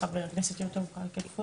חבר הכנסת יום טוב חי כלפון.